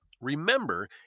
remember